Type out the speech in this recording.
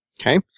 Okay